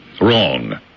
Wrong